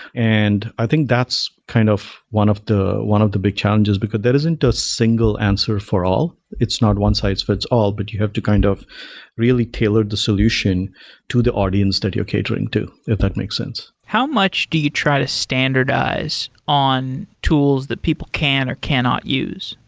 and i think that's kind of of one of the big challenges, because there isn't a single answer for all. it's not one size fits all, but you have to kind of really tailor the solution to the audience that you're catering to, if that makes sense. how much do you try to standardize on tools that people can or cannot use?